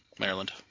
Maryland